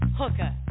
hooker